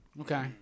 okay